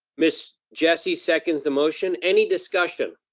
miss jessie seconds the motion. any discussion?